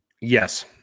Yes